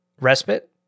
respite